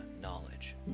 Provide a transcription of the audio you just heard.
knowledge